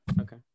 Okay